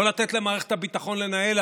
לא לתת למערכת הביטחון לנהל,